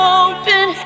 open